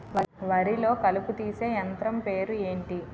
వరి లొ కలుపు తీసే యంత్రం పేరు ఎంటి?